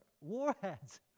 warheads